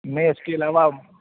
میں اس کے علاوہ